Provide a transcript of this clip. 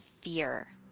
fear